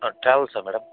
ట్రావెల్సా madam